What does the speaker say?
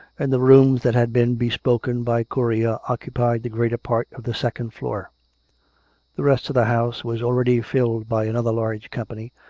and the rooms that had been bespoken by courier occupied the greater part of the second floor the rest of the house was already filled by another large company,